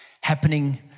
happening